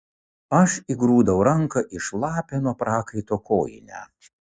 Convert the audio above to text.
aš įgrūdau ranką į šlapią nuo prakaito kojinę